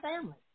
family